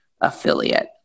affiliate